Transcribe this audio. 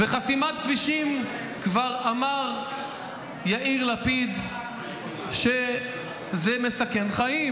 חסימת כבישים, כבר אמר יאיר לפיד שזה מסכן חיים.